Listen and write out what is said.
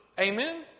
Amen